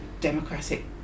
democratic